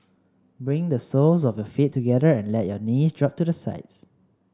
bring the soles of your feet together and let your knees drop to the sides